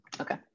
Okay